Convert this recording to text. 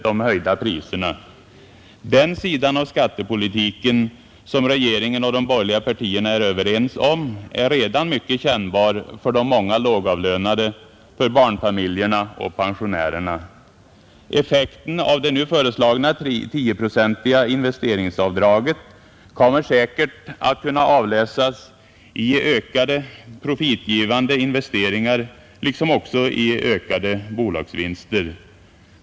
Den sidan av skattepolitiken — som regeringen och de borgerliga partierna är överens om — är redan mycket kännbar för de många lågavlönade, barnfamiljerna och pensionärerna. Effekten av det nu föreslagna 10-procentiga investeringsavdraget kommer säkert att kunna avläsas i ökade profitgivande investeringar liksom i ökade bolagsvinster.